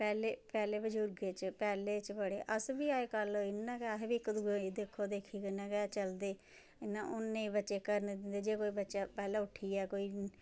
पैह्ले पैह्ले बजुर्ग च पैह्ले च बड़े अस बी अज्जकल इन्ना गै अस बी इक दूए गी देखो देखी कन्नै गै चलदे इयां हून नेईं बच्चे करन दिंदे जे कोई बच्चा पैह्लें उठी जाए कोई